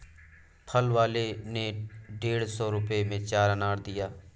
फल वाले ने डेढ़ सौ रुपए में चार अनार दिया